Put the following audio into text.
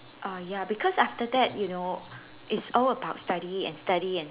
ah ya because after that you know it's all about study and study